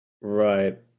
Right